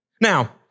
Now